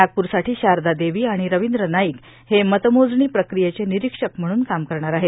नागपूरसाठी शारदा देवी आणि रवींद्र नाईक हे मतमोजणी प्रकियेचे निरीक्षक म्हणून काम करणार आहेत